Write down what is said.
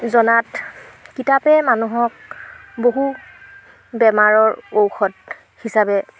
জনাত কিতাপে মানুহক বহু বেমাৰৰ ঔষধ হিচাপে